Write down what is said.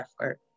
effort